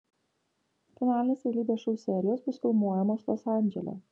finalinės realybės šou serijos bus filmuojamos los andžele